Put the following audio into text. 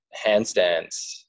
handstands